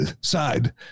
side